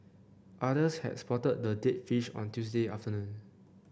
others had spotted the dead fish on Tuesday afternoon